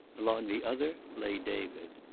along the other lay david.